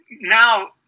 now